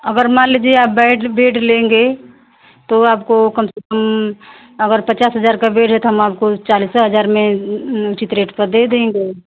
अगर मान लीजिए आप बैड बेड तो आपको कम से कम अगर पचास हज़ार का बेड है तो हम आपको चालीस ही हज़ार में उचित रेट पर दे देंगे